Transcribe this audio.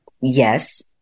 Yes